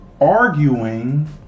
arguing